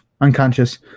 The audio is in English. unconscious